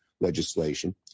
legislation